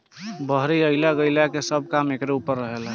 बहरी अइला गईला के सब काम एकरे ऊपर रहेला